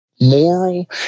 moral